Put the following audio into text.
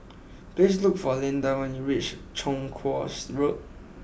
please look for Lindy when you reach Chong Kuo Road